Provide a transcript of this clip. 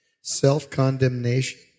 self-condemnation